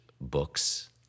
books